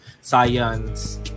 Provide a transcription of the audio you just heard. science